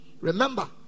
remember